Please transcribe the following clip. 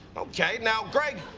okay, now, greg,